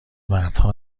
مردها